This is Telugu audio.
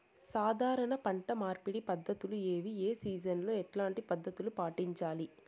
సాధారణ పంట మార్పిడి పద్ధతులు ఏవి? ఏ సీజన్ లో ఎట్లాంటి పద్ధతులు పాటించాలి?